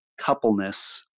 Coupleness